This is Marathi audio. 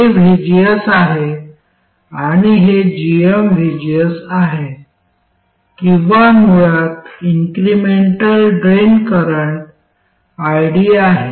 हे vgs आहे आणि हे gmvgs आहे किंवा मुळात इन्क्रिमेंटल ड्रेन करंट id आहे